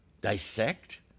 dissect